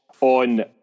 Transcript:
on